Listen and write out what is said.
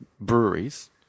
breweries